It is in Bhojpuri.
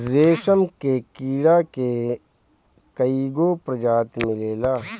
रेशम के कीड़ा के कईगो प्रजाति मिलेला